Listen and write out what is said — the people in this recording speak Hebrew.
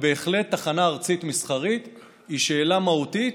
בהחלט תחנה ארצית מסחרית היא שאלה מהותית,